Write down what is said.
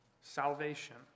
salvation